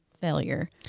failure